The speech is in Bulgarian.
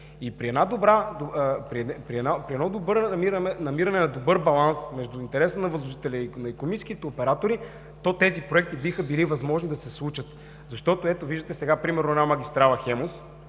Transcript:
и при едно добро намиране на добър баланс между интереса на възложителя и на икономическите оператори, то тези проекти биха били възможни да се случат. Защото, ето виждате сега, примерно една